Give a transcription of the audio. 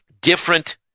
different